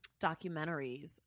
documentaries